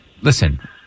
listen